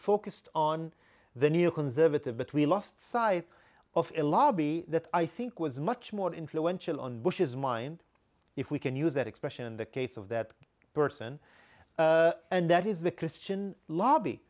conservative but we lost sight of a lobby that i think was much more influential on bush's mind if we can use that expression in the case of that person and that is the christian lobby